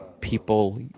people